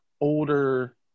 older